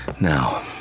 Now